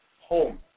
home